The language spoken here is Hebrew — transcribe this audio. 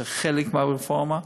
זה חלק מהרפורמה,